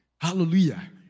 Hallelujah